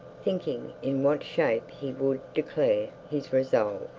thinking in what shape he would declare his resolve.